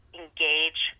engage